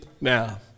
now